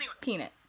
Peanut